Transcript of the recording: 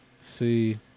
See